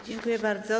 Dziękuję bardzo.